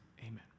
Amen